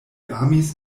amis